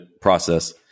process